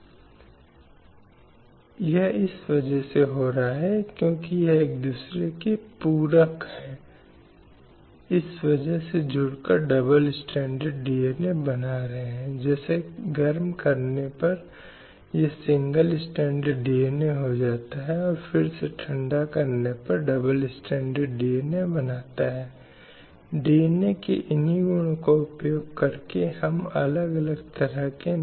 पहले भी भारत में यह एक दृष्टिकोण था कि यह दुनिया के कुछ दूर के देशों में मौजूद था और भारत इससे प्रभावित नहीं था लेकिन अगर आपने कई स्थितियों में रिपोर्ट और समाचार पत्रों की वस्तुओं को पढ़ा है तो यह उल्लेख किया गया है कि कुछ समुदायों में देश के कुछ हिस्सों में यह प्रथा अस्तित्व में है और यह परिवार के भीतर अत्यंत गोपनीयता से जुड़ा हुआ है ताकि बलात्कार के संबंध में कोई भी जानकारी बाहर न जाए